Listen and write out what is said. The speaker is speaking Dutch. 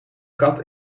kat